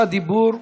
דיבור,